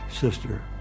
sister